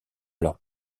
leurs